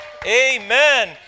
Amen